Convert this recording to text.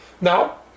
Now